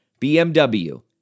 BMW